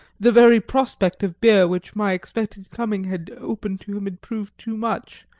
the very prospect of beer which my expected coming had opened to him had proved too much,